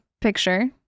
picture